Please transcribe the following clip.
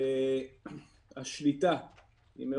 תיקחו אותו לבית חולים.